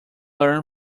learn